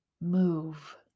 Move